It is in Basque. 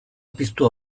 piztu